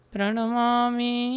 Pranamami